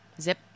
zip